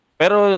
pero